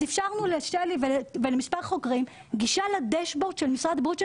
אז אפשרנו לשלי ולמספר חוקרים גישה ל dashboard של משרד הבריאות של